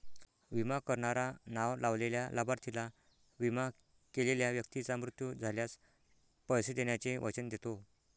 विमा करणारा नाव लावलेल्या लाभार्थीला, विमा केलेल्या व्यक्तीचा मृत्यू झाल्यास, पैसे देण्याचे वचन देतो